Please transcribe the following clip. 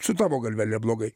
su tavo galvele blogai